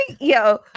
Yo